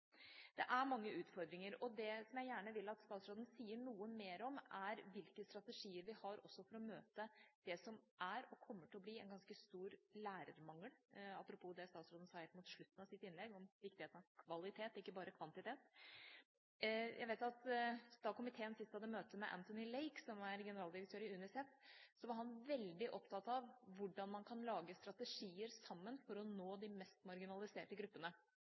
Det er mange utfordringer. Det jeg gjerne vil at statsråden sier noe mer om, er hvilke strategier vi har for å møte også det som er, og kommer til å bli, en ganske stor lærermangel – apropos det som statsråden sa helt mot slutten av sitt innlegg, om viktigheten av kvalitet, ikke bare av kvantitet. Jeg vet at da komiteen sist hadde møte med Anthony Lake, generaldirektøren i UNICEF, var han veldig opptatt av hvordan man sammen kan lage strategier for å nå de mest marginaliserte gruppene.